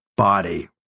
Body